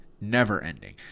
Never-ending